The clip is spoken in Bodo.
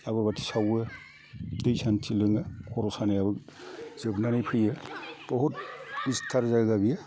आगर बाथि सावो दै सान्थि लोङो खर' सानायाबो जोबनानै फैयो बहुथ निस्थार जायगा बेयो